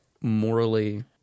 morally